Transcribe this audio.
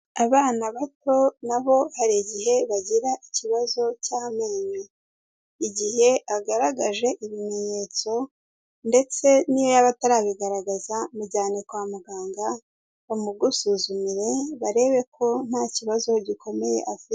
Abana bato na bo hari igihe bagira ikibazo cy'amenyo, igihe agaragaje ibimenyetso ndetse n'iyo yaba atarabigaragaza mujyane kwa muganga, bamugusuzumire barebe ko nta kibazo gikomeye afite.